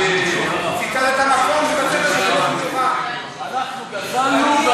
המקום, אנחנו גזלנו,